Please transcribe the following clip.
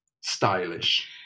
stylish